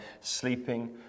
sleeping